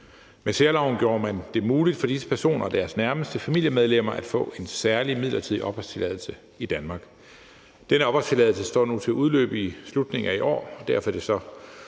Med særloven gjorde man det muligt for disse personer og deres nærmeste familiemedlemmer at få en særlig midlertidig opholdstilladelse i Danmark. Den opholdstilladelse står nu til at udløbe i slutningen af i år. Derfor er der så